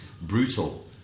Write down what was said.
brutal